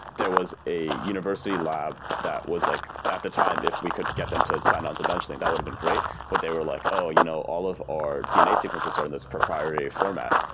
there was a university lab that was like at the time, if we could get them to sign on to benchling, that would have been great. but they were like, oh, you know all of our dna sequences are in this proprietary format.